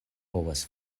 povas